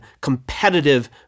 competitive